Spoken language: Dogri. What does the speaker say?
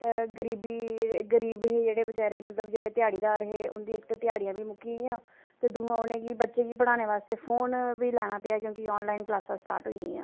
गरीबी गरीब हे जेहड़े बेचैरे मतलब जेहड़े ध्याड़ीदार हे उं'दियां इक ते ध्याड़ियां बी मुक्की गेइयां ते दूआ उ'नेंगी बच्चे गी पढ़ाने बास्तै फोन बी लैना पेआ क्योंकि आनलाइन क्लासां स्टार्ट होई गेइयां